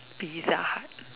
pizza hut